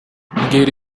mbwira